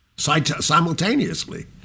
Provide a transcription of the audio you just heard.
Simultaneously